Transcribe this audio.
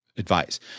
Advice